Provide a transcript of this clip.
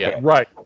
Right